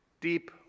deep